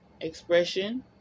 expression